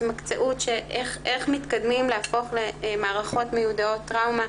התמקצעות איך מתקדמים להפוך למערכות מיודעות טראומה,